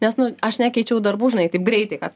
nes nu aš nekeičiau darbų žinai taip greitai kad